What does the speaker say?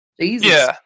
Jesus